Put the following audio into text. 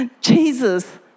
Jesus